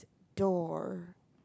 door